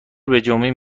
بجنبین